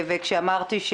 כשאמרתי,